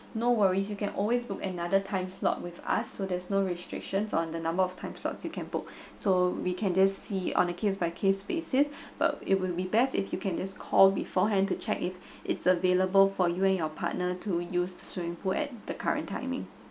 no worries you can always book another time slot with us so there's no restrictions on the number of time slots you can book so we can just see on a case by case basis but it would be best if you can just call beforehand to check if it's available for you and your partner to use the swimming pool at the current timing